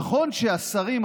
נכון שהשרים,